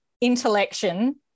intellection